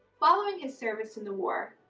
following his service in the war,